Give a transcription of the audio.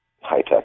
high-tech